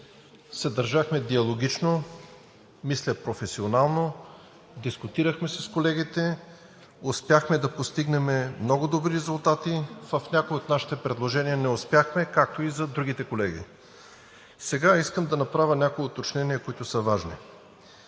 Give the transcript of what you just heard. държахме диалогично, мисля, професионално, дискутирахме с колегите, успяхме да постигнем много добри резултати. В някои от нашите предложения не успяхме, както и за другите колеги. Сега искам да направя някои уточнения, които са важни.